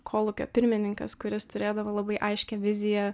kolūkio pirmininkas kuris turėdavo labai aiškią viziją